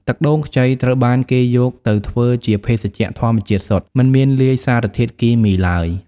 ទឹកដូងខ្ចីត្រូវបានគេយកទៅធ្វើជាភេសជ្ជៈធម្មជាតិសុទ្ធ មិនមានលាយសារធាតុគីមីឡើយ។